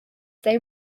they